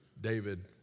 David